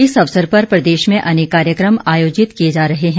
इस अवसर पर प्रदेश में अनेक कार्यकम आयोजित किए जा रहे हैं